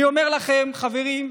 אני אומר לכם, חברים,